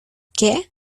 qué